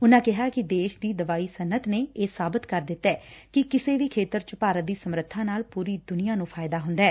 ਉਨਾਂ ਕਿਹਾ ਕਿ ਦੇਸ਼ ਦੀ ਦਵਾਈ ਸਨੱਅਤ ਨੇ ਇਹ ਸਾਬਤ ਕਰ ਦਿੱਤੈ ਕਿ ਕਿਸੇ ਵੀ ਖੇਤਰ ਚ ਭਾਰਤ ਦੀ ਸਮਰੱਬਾ ਨਾਲ ਪੁਰੀ ਦੁਨੀਆਂ ਨੂੰ ਫਾਇਦਾ ਹੁੰਦੈ